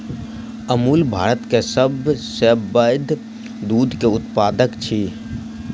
अमूल भारत के सभ सॅ पैघ दूध के उत्पादक अछि